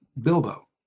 Bilbo